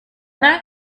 not